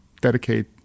dedicate